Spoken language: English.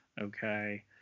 okay